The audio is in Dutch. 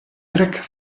trek